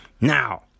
Now